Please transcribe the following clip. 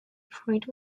parade